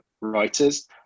writers